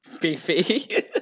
Beefy